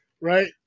Right